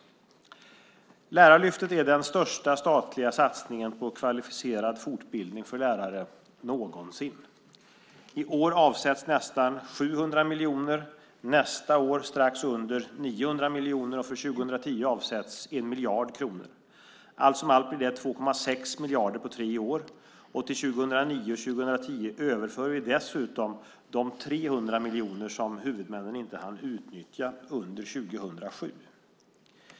Lärarlyftet är den största statliga satsningen på kvalificerad fortbildning för lärare någonsin. I år avsätts nästan 700 miljoner kronor, nästa år avsätts strax under 900 miljoner och för 2010 avsätts 1 miljard. Allt som allt blir det 2,6 miljarder kronor på tre år. Till 2009 och 2010 överför vi dessutom de 300 miljoner kronor som huvudmännen inte hann utnyttja under 2007.